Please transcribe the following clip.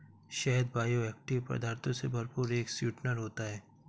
शहद बायोएक्टिव पदार्थों से भरपूर एक स्वीटनर होता है